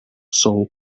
soul